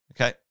Okay